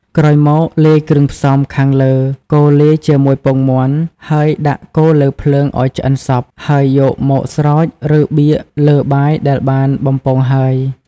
ក្រោយមកលាយគ្រឿងផ្សំរខាងលើកូរលាយជាមួយពងមាន់ហើយដាក់កូរលើភ្លើងអោយឆ្អិនសព្វ ហើយយកមកស្រោចរឺបៀកលើបាយដែលបានបំពងហើយ។